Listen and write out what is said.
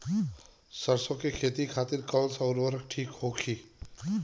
सरसो के खेती खातीन कवन सा उर्वरक थिक होखी?